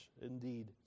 indeed